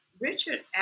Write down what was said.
Richard